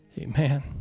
Amen